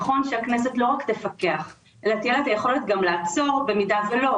נכון שהכנסת לא רק תפקח אלא תהיה לה את היכולת גם לעצור במידה ולא,